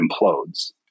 implodes